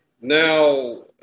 Now